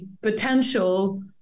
potential